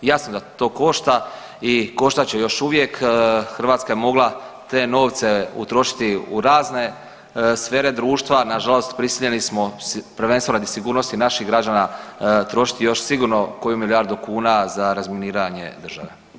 Jasno da to košta i koštat će još uvijek, Hrvatska je mogla te novce utrošiti u razne sfere društva, nažalost prisiljeni smo prvenstveno radi sigurnosti naših građana trošiti još sigurno koju milijardu kuna za razminiranje države.